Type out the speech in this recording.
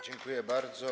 Dziękuję bardzo.